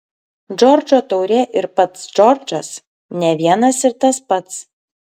džordžo taurė ir pats džordžas ne vienas ir tas pats